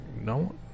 no